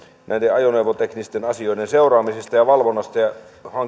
ajoneuvoteknisten asioiden seuraamisesta ja valvonnasta ja